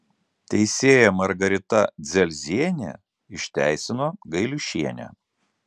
teisėja margarita dzelzienė išteisino gailiušienę